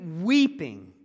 weeping